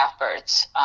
efforts